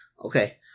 Okay